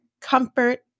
comfort